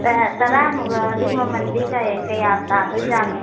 ꯇꯔꯥꯃꯨꯛ ꯂꯧꯔꯗꯤ ꯃꯃꯜꯗꯤ ꯀꯌꯥꯝ ꯇꯥꯒꯗꯣꯏꯖꯥꯠꯅꯣ